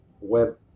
web